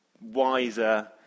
wiser